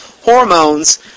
hormones